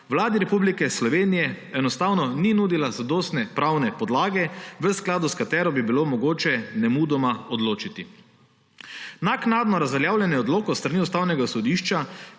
javnega zdravja, enostavno ni nudila zadostne pravne podlage, v skladu s katero bi bilo mogoče nemudoma odločiti. Naknadno razveljavljenje odlokov s strani Ustavnega sodišča